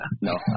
No